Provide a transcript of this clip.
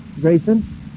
Grayson